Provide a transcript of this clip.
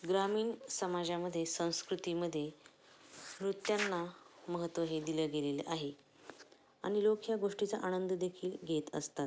ग्रामीण समाजामध्ये संस्कृतीमध्ये नृत्यांना महत्त्व हे दिलं गेलेलं आहे आणि लोक ह्या गोष्टीचा आनंद देखील घेत असतात